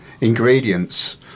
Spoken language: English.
ingredients